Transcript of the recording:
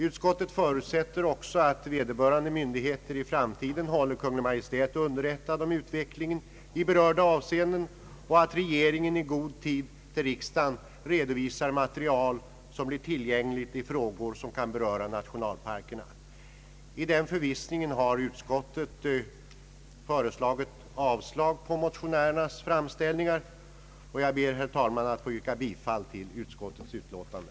Utskottet förutsätter också att vederbörande myndigheter i framtiden håller Kungl. Maj:t underrättad om utvecklingen i berörda avseenden och att regeringen i god tid för riksdagen redovisar material som blir tillgängligt i frågor vilka kan beröra nationalparkerna, I förvissningen att så sker har utskottet hemställt om avslag på motionärernas framställningar. Herr talman! Jag ber att få yrka bifall till utskottets utlåtande.